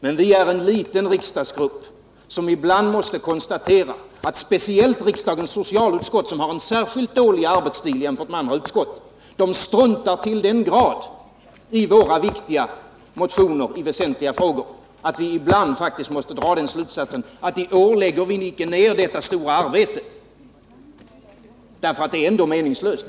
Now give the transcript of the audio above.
Men vi är en liten riksdagsgrupp, som ibland måste konstatera att speciellt riksdagens socialutskott, vars arbetstid är särskilt hårt belastad, struntar till den grad i våra viktiga motioner i väsentliga frågor att vi ibland faktiskt måste dra den slutsatsen att vi ett år icke skall lägga ned det stora arbete som det innebär att väcka en motion, eftersom det ändå är meningslöst.